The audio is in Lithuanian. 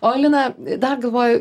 o lina dar galvoju